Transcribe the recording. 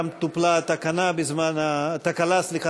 גם טופלה התקלה בזמן ההפסקה,